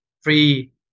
free